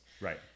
Right